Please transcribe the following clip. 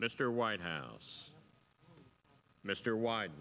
mr white house mr wide